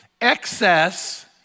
excess